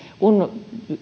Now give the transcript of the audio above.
kun